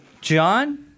John